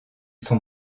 sont